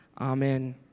Amen